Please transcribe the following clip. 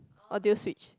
or do you switch